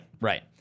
right